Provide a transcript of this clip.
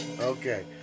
Okay